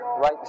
right